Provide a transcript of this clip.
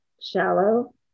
shallow